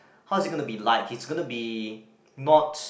how's it gonna be like he's gonna be not